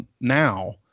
now